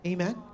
Amen